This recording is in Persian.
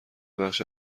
بخش